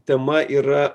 tema yra